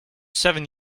seven